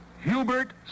Hubert